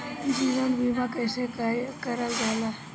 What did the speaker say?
जीवन बीमा कईसे करल जाला?